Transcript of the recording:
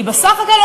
היא בסך הכול,